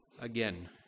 again